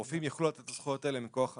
הרופאים יוכלו לתת את הזכויות האלה מכוח הטבות.